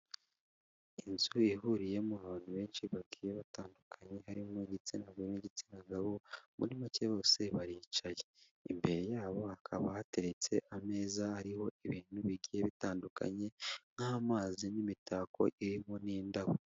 Inzu ihuriyemo abantu benshi bagiye batandukanye, harimo igitsinagore n'igitsina gabo, muri make bose baricaye imbere yabo hakaba hateretse ameza hariho ibintu bigiye bitandukanye, nk'amazi n'imitako irimo n'indabo.